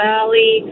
Valley